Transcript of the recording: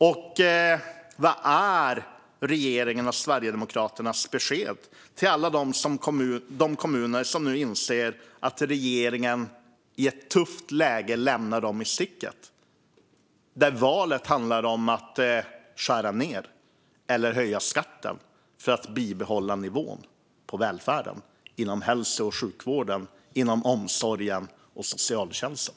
Och vad är regeringens och Sverigedemokraternas besked till alla de kommuner som nu inser att regeringen i ett tufft läge lämnar dem i sticket, där valet handlar om att skära ned eller höja skatten för att bibehålla nivån på välfärden inom hälso och sjukvården, inom omsorgen och socialtjänsten?